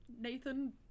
Nathan